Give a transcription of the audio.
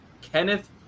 Kenneth